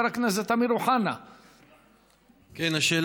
חבר הכנסת אמיר אוחנה.